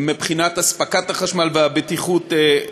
מבחינת הספקת החשמל והבטיחות,